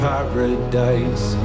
Paradise